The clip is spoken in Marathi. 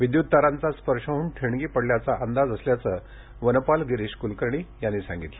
विद्युत तारांचा स्पर्श होऊन ठिणगी पडल्याचा अंदाज असल्याचं वनपाल गिरीश कुलकर्णी यांनी सांगितलं